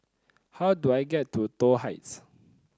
how do I get to Toh Heights